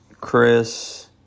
Chris